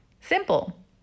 Simple